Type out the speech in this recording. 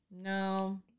No